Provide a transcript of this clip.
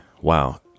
Wow